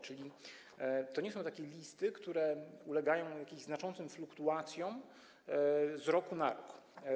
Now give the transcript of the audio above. Czyli to nie są takie listy, które ulegają jakimś znaczącym fluktuacjom z roku na rok.